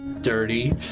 dirty